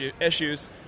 issues